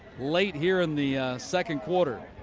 late here in the second quarter.